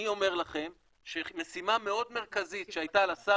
אני אומר לכם שמשימה מאוד מרכזית שהייתה לשר